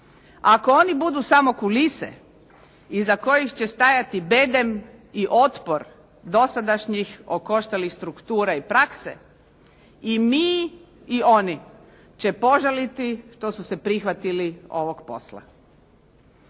Ako oni budu samo kulise iza kojih će stajati bedem i otpor dosadašnjih okoštalih struktura i prakse i mi i oni će požaliti što su se prihvatili ovog posla.